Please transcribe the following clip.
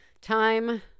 time